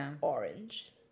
orange